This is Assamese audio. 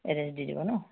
এড্ৰেছ দি দিব নহ্